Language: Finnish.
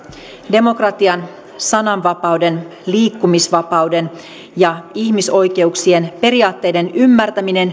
demokratian sananvapauden liikkumisvapauden ja ihmisoikeuksien periaatteiden ymmärtäminen